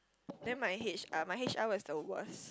then my H_R my H_R was the worst